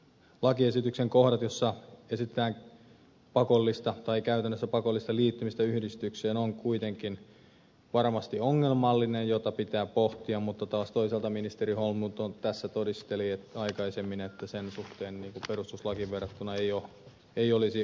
lakiesityksen kohta jossa esitetään pakollista tai käytännössä pakollista liittymistä yhdistykseen on kuitenkin varmasti ongelmallinen ja sitä pitää pohtia mutta taas toisaalta ministeri holmlund tässä todisteli aikaisemmin että suhteessa perustuslakiin siinä ei olisi ongelmia